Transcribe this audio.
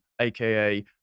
AKA